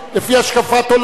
לפי השקפת עולם,